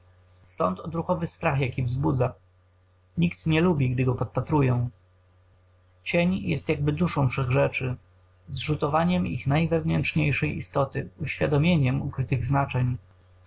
stąd odruchowy strach jaki wzbudza nikt nie lubi gdy go podpatrują cień jest jakby duszą wszech rzeczy zrzutowaniem ich najwewnętrzniejszej istoty uświadomieniem ukrytych znaczeń